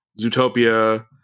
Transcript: Zootopia